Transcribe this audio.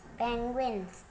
penguins